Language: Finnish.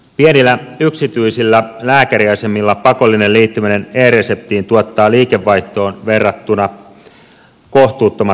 pienillä yksityisillä lääkäriasemilla pakollinen liittyminen e reseptiin tuottaa liikevaihtoon verrattuna kohtuuttomat kustannukset